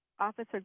officer